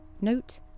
Note